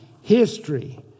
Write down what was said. history